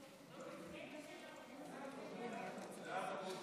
סעיפים 1 3 נתקבלו.